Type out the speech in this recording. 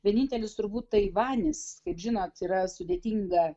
vienintelis turbūt taivanis žinot yra sudėtinga